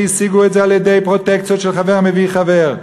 שהשיגו אותם על-ידי פרוטקציות של חבר מביא חבר,